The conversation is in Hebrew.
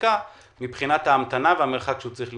מבחינת ההמתנה והמרחק שהוא צריך לנסוע?